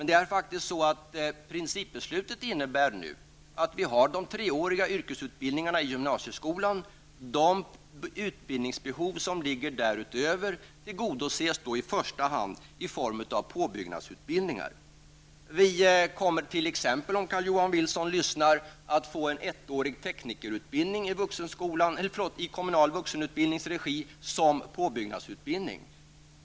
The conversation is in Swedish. Det är faktiskt så att principbeslutet innebär att vi har de treåriga yrkesutbildningarna i gymnasieskolan. De utbildningsbehov som ligger därutöver tillgodoses i första hand i form av påbyggnadsutbildningar. Vi kommer t.ex. -- om nu Carl-Johan Wilson lyssnade -- att få en ettårig teknikerutbildning i den kommunala vuxenutbildningens regi som påbyggnadsutbildning.